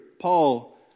Paul